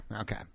Okay